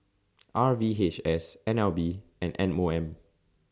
R V H S N L B and M O M